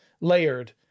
layered